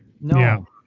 No